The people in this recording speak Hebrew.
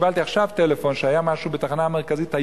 קיבלתי עכשיו טלפון שהיה היום משהו בתחנה המרכזית.